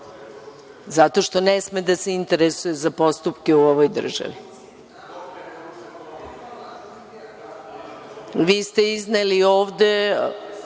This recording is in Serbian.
što ne sme da se interesuje za postupke u ovoj državi. Vi ste izneli ovde